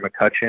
McCutcheon